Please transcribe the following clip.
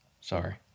Sorry